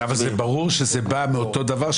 אבל זה ברור שזה בא מאותו דבר,